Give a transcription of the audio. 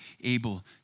able